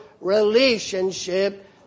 relationship